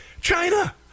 china